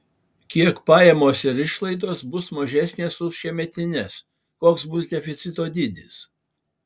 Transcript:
kiek pajamos ir išlaidos bus mažesnės už šiemetes koks bus deficito dydis